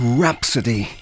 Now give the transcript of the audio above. Rhapsody